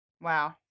Wow